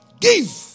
Give